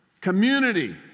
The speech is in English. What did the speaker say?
Community